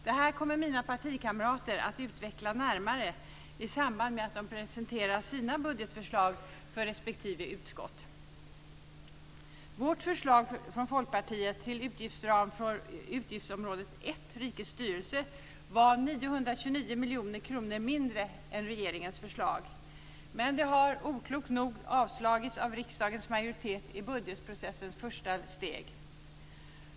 Det här kommer mina partikamrater att utveckla närmare i samband med att de presenterar sina budgetförslag för respektive utskott. Folkpartiets förslag till utgiftsram för utgiftsområde 1 Rikets styrelse är 929 miljoner kronor lägre än regeringens förslag, men det har oklokt nog avslagits av riksdagens majoritet i budgetprocessens första steg.